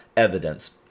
evidence